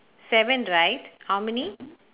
seven right how many